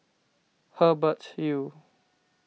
Hubert Hill